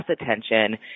attention